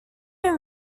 who